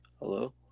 Hello